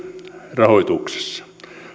rahoituksesta